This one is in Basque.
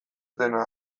dena